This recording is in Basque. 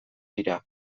dira